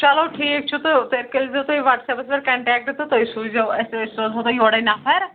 چلو ٹھیٖک چھُ تہٕ تیٚلہِ کٔرۍ زیٚو تُہۍ وَٹسیپَس پٮ۪ٹھ کَنٹیکٹ تہٕ تُہۍ سوٗزیٚو اَسہِ أسۍ سوزہو تۄہہِ یورے نَفر